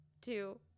two